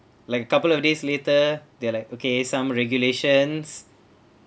like a couple of days later there are like okay some regulations